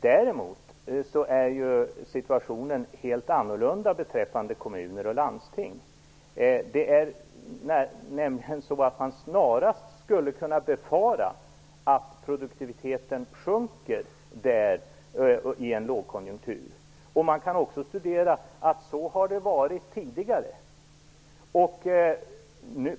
Däremot är ju situationen helt annorlunda beträffande kommuner och landsting. Det är nämligen så att man snarast skulle kunna befara att produktiviteten sjunker där i en lågkonjunktur. Man kan studera det och se att det har varit så tidigare.